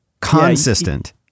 Consistent